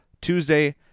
Tuesday